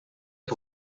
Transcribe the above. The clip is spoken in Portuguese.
que